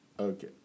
Okay